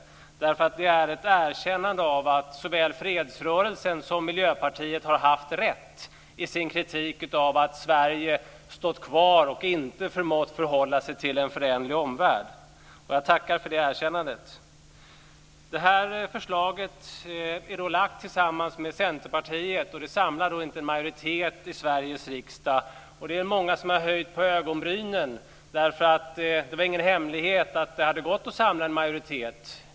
Det är ett erkännande av att såväl fredsrörelsen som Miljöpartiet har haft rätt i sin kritik av att Sverige stått kvar och inte förmått förhålla sig till en föränderlig omvärld. Jag tackar för det erkännandet. Detta förslag har lagts fram tillsammans med Centerpartiet. Det samlar inte en majoritet i Sveriges riksdag. Det är många som har höjt på ögonbrynen. Det var ingen hemlighet att det hade gått att samla en majoritet.